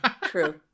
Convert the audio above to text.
True